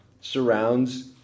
surrounds